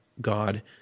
God